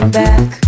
back